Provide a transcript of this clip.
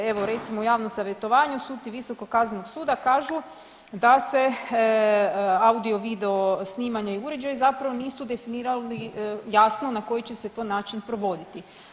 Evo recimo u javnom savjetovanju suci Visokog kaznenog suda kažu da se audio-video snimanje i uređaji zapravo nisu definirali jasno na koji će se to način provoditi.